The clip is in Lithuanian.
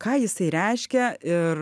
ką jisai reiškia ir